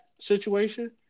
situation